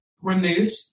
removed